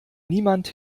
niemand